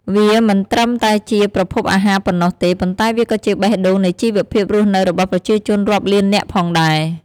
វាមិនត្រឹមតែជាប្រភពអាហារប៉ុណ្ណោះទេ ប៉ុន្តែវាក៏ជាបេះដូងនៃជីវភាពរស់នៅរបស់ប្រជាជនរាប់លាននាក់ផងដែរ។